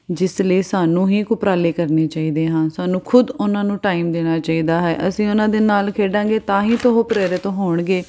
ਜਿਸ ਲਈ ਸਾਨੂੰ ਹੀ ਕੋਈ ਉਪਰਾਲੇ ਕਰਨੇ ਚਾਹੀਦੇ ਹਨ ਸਾਨੂੰ ਖੁਦ ਉਹਨਾਂ ਨੂੰ ਟਾਈਮ ਦੇਣਾ ਚਾਹੀਦਾ ਹੈ ਅਸੀਂ ਉਹਨਾਂ ਦੇ ਨਾਲ ਖੇਡਾਂਗੇ ਤਾਂ ਹੀ ਤਾਂ ਉਹ ਪ੍ਰੇਰਿਤ ਹੋਣਗੇ